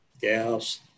gas